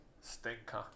Stinker